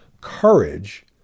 courage